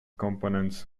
components